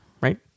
right